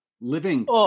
Living